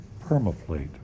permaplate